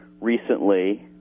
recently